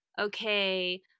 okay